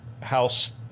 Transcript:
house